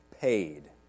paid